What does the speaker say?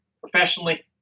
Professionally